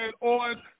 on